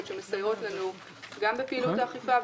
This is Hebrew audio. שמסייעות לנו גם בפעילות האכיפה,